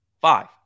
Five